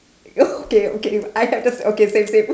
oh okay okay I have the okay same same